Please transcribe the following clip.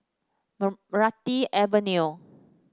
Meranti Avenue